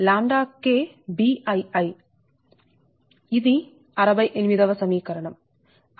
ఇది 68 వ సమీకరణం